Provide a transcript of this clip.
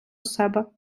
себе